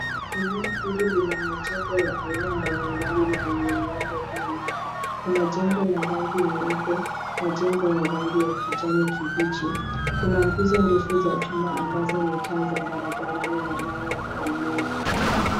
Eneo hili lina majengo ya aina mbalimbali na enye miundo mbinu. Kuna jengo la rangi nyeupe na jengo ya rangi ya kijani kibichi. Kuna nguzo ndefu za chuma ambazo ni taa za barabarani na nyaya za umeme.